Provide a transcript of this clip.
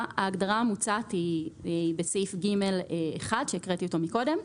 ההגדרה המוצעת היא בסעיף (ג)(1) שהקראתי אותו קודם.